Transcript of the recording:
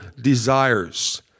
desires